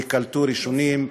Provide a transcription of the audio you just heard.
ייקלטו ראשונים,